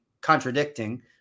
contradicting